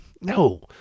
No